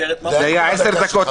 עשר דקות